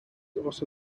also